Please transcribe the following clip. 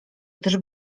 gdyż